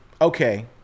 okay